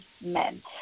men